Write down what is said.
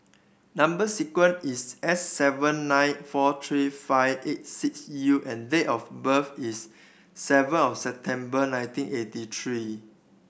number sequence is S seven nine four three five eight six U and date of birth is seven of September nineteen eighty three